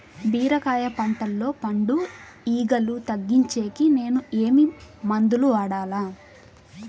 బీరకాయ పంటల్లో పండు ఈగలు తగ్గించేకి నేను ఏమి మందులు వాడాలా?